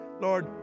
Lord